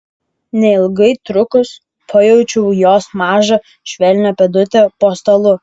neilgai trukus pajaučiu jos mažą švelnią pėdutę po stalu